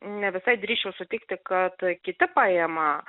ne visai drįsčiau sutikti kad kiti paima